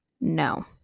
No